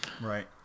Right